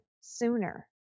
sooner